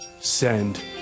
Send